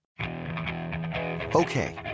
Okay